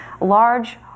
large